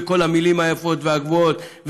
וכל המילים היפות והגבוהות,